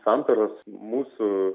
santaros mūsų